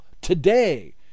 today